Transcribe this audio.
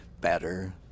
better